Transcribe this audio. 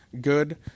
good